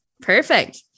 Perfect